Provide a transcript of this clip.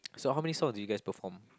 so how many songs did you guys perform